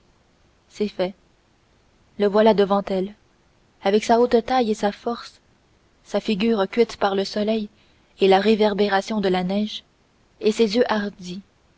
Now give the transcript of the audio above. c'est fait le voilà devant elle avec sa haute taille et sa force sa figure cuite par le soleil et la réverbération de la neige et ses yeux hardis